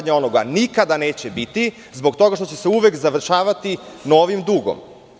Nikada neće biti zbog toga što će se uvek završavati novim dugom.